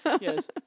Yes